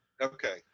Okay